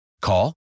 Call